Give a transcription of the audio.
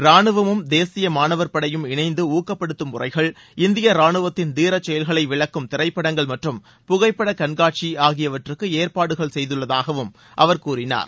ராணுவமும் தேசிய மாணவர் படையும் இணைந்து ஊக்கப்படுத்தும் உரைகள் இந்திய ரானுவத்தின தீரச் செயல்களை விளக்கும் திரைப்படங்கள் மற்றும் புகைப்பட கண்காட்சி ஆகியவற்றுக்கு ஏற்பாடுகள் செய்துள்ளதாகவும் அவர் கூறினார்